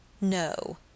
No